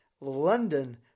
London